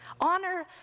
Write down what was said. Honor